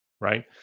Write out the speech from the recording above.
right